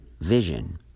vision